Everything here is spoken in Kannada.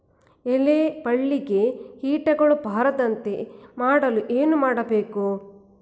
ಎಲೆ ಬಳ್ಳಿಗೆ ಕೀಟಗಳು ಬರದಂತೆ ಮಾಡಲು ಏನು ಮಾಡಬೇಕು?